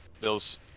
Bill's